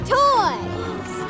toys